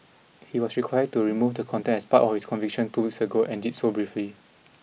he was required to remove the content as part of his conviction two weeks ago and did so briefly